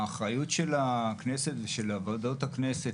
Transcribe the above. האחריות של הכנסת ושל ועדות הכנסת